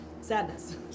Sadness